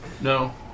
No